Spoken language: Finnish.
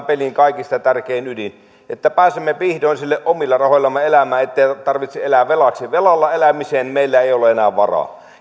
pelin kaikista tärkein ydin että pääsemme vihdoin omilla rahoillamme elämään ettei tarvitse elää velaksi velalla elämiseen meillä ei ole enää varaa